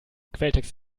quelltext